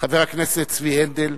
חבר הכנסת צבי הנדל,